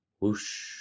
Whoosh